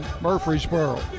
Murfreesboro